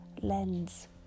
lens